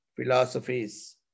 philosophies